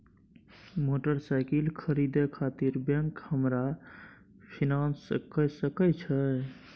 Motorcycle खरीदे खातिर bank हमरा फिनांस कय सके छै?